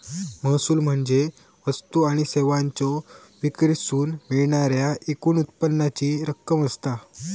महसूल म्हणजे वस्तू आणि सेवांच्यो विक्रीतसून मिळणाऱ्या एकूण उत्पन्नाची रक्कम असता